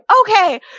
okay